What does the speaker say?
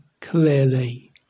clearly